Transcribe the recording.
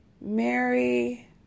Mary